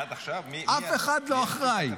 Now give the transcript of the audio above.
אף אחד לא אחראי.